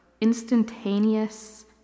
instantaneous